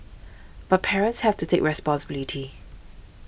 but parents have to take responsibility